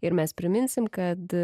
ir mes priminsim kad